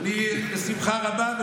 בשמחה רבה.